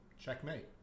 checkmate